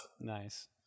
nice